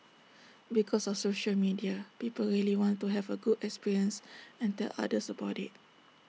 because of social media people really want to have A good experience and tell others about IT